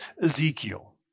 Ezekiel